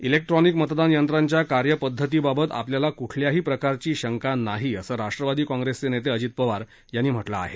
electronic मतदान यंत्रांच्या कार्यपद्धतीबाबत आपल्याला कुठल्याही प्रकारची शंका नाही असं राष्ट्रवादी काँप्रेसचे नेते अजित पवार त्यांनी म्हटलं आहे